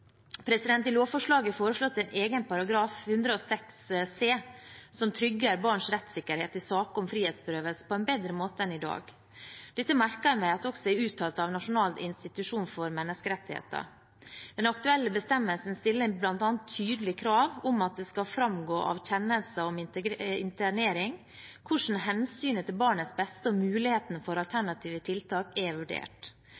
I lovforslaget foreslås det en egen paragraf, § 106 c, som trygger barns rettssikkerhet i saker om frihetsberøvelse på en bedre måte enn i dag. Dette merker jeg meg også er uttalt av Norges nasjonale institusjon for menneskerettigheter. Den aktuelle bestemmelsen stiller bl.a. tydelig krav om at det skal framgå av kjennelser om internering hvordan hensynet til barnets beste og mulighetene for